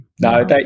No